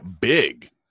big